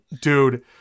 Dude